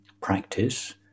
practice